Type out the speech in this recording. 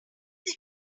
they